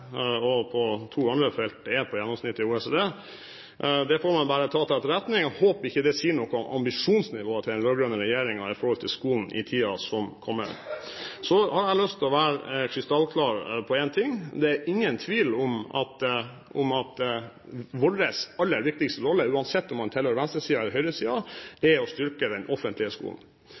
og på to andre felt er på gjennomsnittet i OECD. Det får man bare ta til etterretning. Jeg håper ikke det sier noe om ambisjonsnivået til den rød-grønne regjeringen for skolen i tiden som kommer. Så har jeg lyst til å være krystallklar på én ting: Det er ingen tvil om at vår aller viktigste rolle, uansett om man tilhører venstresiden eller høyresiden, er å styrke den offentlige skolen.